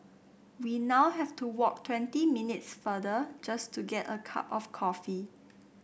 we now have to walk twenty minutes farther just to get a cup of coffee